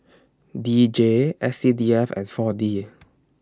D J S C D F and four D